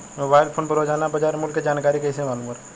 Mobile phone पर रोजाना बाजार मूल्य के जानकारी कइसे मालूम करब?